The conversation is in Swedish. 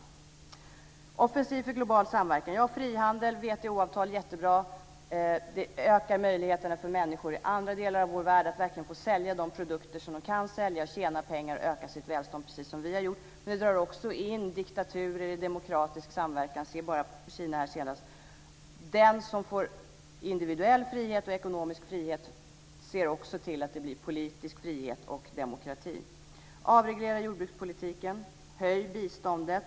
Vad gäller offensiv för global samverkan kan jag säga att frihandel och WTO-avtal är jättebra. Det ökar möjligheterna för människor i andra delar av vår värld att verkligen få sälja de produkter som de kan sälja, tjäna pengar och öka sitt välstånd precis som vi har gjort, men det drar också in diktaturer i demokratisk samverkan. Se bara på Kina här senast. Den som får individuell frihet och ekonomisk frihet ser också till att det blir politisk frihet och demokrati. Avreglera jordbrukspolitiken. Höj biståndet.